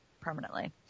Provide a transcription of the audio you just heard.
permanently